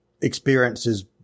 experiences